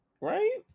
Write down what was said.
Right